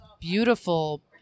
beautiful